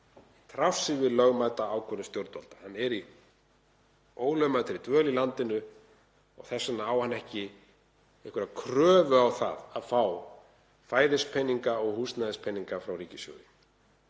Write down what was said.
í trássi við lögmæta ákvörðun stjórnvalda. Hann er í ólögmætri dvöl í landinu. Þess vegna á hann ekki einhverja kröfu á það að fá fæðispeninga og húsnæðispeninga frá ríkissjóði.